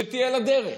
שתהיה לה דרך.